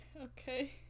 okay